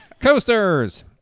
Coasters